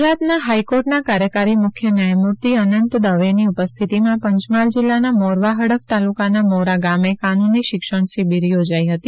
ગુજરાતના હાઈકોર્ટના કાર્યકારી મુખ્ય ન્યાયમૂર્તિ અનંત દવેની ઉપસ્થિતિમાં પંચમહાલ જિલ્લાના મોરવા હડફ તાલુકાના મોરા ગામે કાનૂની શિક્ષણ શિબિર યોજાઈ હતી